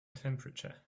temperature